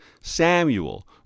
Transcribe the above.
Samuel